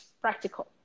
Practical